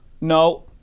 No